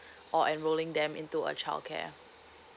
or enrolling them into a childcare